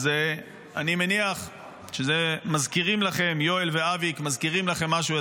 אז אני מניח שיואל ואבי מזכירים לכם משהו,